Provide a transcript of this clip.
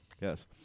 Yes